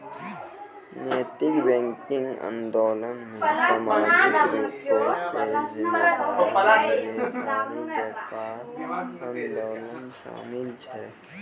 नैतिक बैंकिंग आंदोलनो मे समाजिक रूपो से जिम्मेदार निवेश आरु व्यापार आंदोलन शामिल छै